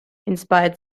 inspired